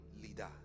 leader